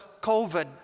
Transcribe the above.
COVID